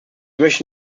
möchte